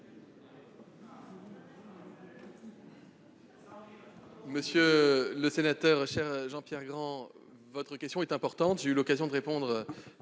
Monsieur le sénateur, cher Jean-Pierre Grand, votre question est importante, et j'ai eu l'occasion de répondre,